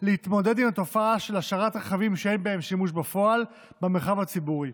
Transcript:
להתמודד עם התופעה של השארת רכבים שאין בהם שימוש בפועל במרחב הציבורי.